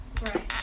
Right